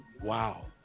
Wow